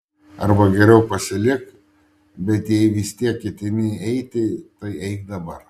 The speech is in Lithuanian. arba geriau pasilik bet jei vis tiek ketini eiti tai eik dabar